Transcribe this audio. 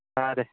ಹಾಂ ರೀ